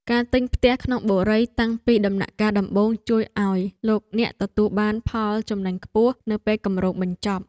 ការទិញផ្ទះក្នុងបុរីតាំងពីដំណាក់កាលដំបូងជួយឱ្យលោកអ្នកទទួលបានផលចំណេញខ្ពស់នៅពេលគម្រោងបញ្ចប់។